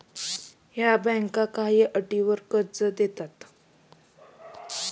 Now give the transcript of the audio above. या बँका काही अटींवर कर्ज देतात